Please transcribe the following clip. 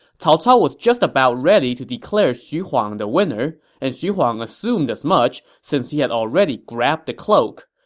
cao cao was just about ready to declare xu huang the winner, and xu huang assumed as much because he had already grabbed the cloak.